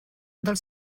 del